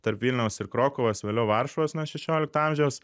tarp vilniaus ir krokuvos vėliau varšuvos nuo šešiolikto amžiaus